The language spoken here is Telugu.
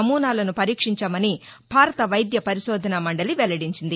నమూనాలను వరీక్షించామని భారత వైద్య వరిశోధన మండలి వెల్లడించింది